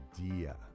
idea